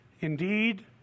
Indeed